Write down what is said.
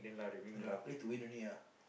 I don't know I play to win only ah